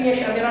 לאשדוד,